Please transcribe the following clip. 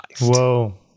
Whoa